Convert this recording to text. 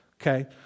okay